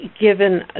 given